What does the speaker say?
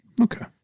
Okay